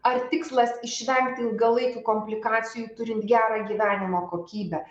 ar tikslas išvengti ilgalaikių komplikacijų turint gerą gyvenimo kokybę